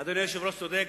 אדוני היושב-ראש צודק.